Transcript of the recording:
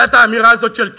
הייתה האמירה הזאת של קרי.